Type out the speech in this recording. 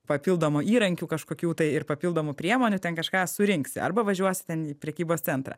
papildomų įrankių kažkokių tai ir papildomų priemonių ten kažką surinksi arba važiuosi ten į prekybos centrą